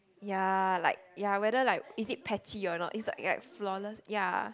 ya like ya whether like is it patchy or not is like like flawless ya